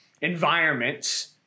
environments –